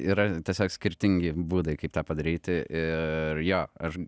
yra tiesiog skirtingi būdai kaip tą padaryti ir jo aš